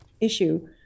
issue